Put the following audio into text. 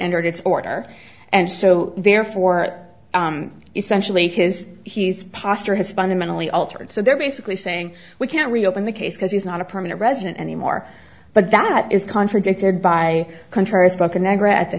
entered its order and so therefore essentially his he's posture has fundamentally altered so they're basically saying we can't reopen the case because he's not a permanent resident anymore but that is contradicted by contrary spoken i grant the